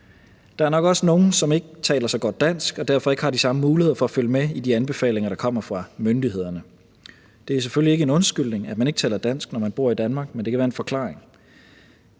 Der er nok også nogle, som ikke taler så godt dansk og derfor ikke har de samme muligheder for at følge med i de anbefalinger, der kommer fra myndighederne. Det er selvfølgelig ikke en undskyldning, at man ikke taler dansk, når man bor i Danmark, men det kan være en forklaring.